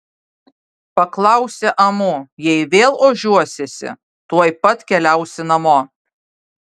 paklausė amu jei vėl ožiuosiesi tuoj pat keliausi namo